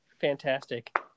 Fantastic